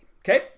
Okay